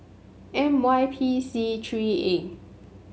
M Y P C three A